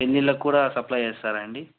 పెళ్ళిళకి కూడా సప్లై చేస్తారాండి